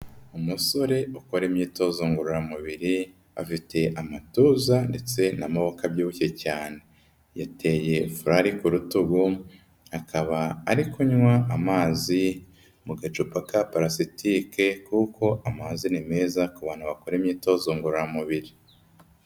Umusore ukora imyitozo ngororamubiri, afite amatuza ndetse n'amaboko abyibushye cyane. Yateye furari ku rutugu, akaba ari kunywa amazi mu gacupa ka parasitike kuko amazi ni meza ku bantu bakora imyitozo ngororamubiri.